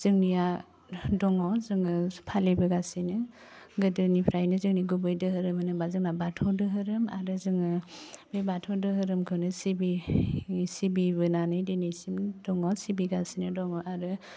जोंनिया दङ जोङो फलिबोगासिनो गोदोनिफ्रायनो जोंनि गुबै दोहोरोम होनोबा जोंना बाथौ दोहोरोम आरो जोङो बे बाथौ दोहोरोमखौनो सिबि सिबिबोनानै दिनैसिम दङ सिबिगासिनो दङ आरो